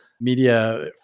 media